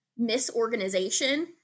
misorganization